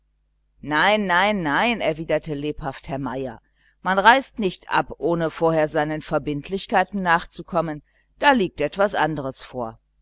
nein nein nein erwiderte lebhaft herr meier man reist nicht ab ohne vorher seinen verbindlichkeiten nachzukommen da liegt etwas anderes vor